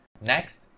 Next